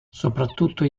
soprattutto